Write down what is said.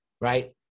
Right